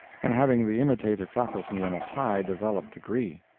and having the imitative faculty in a high developed degree.